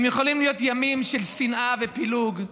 הם יכולים להיות ימים של שנאה ופילוג.